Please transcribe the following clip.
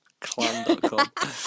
clan.com